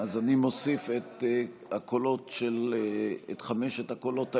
אני מוסיף את חמשת הקולות האלה,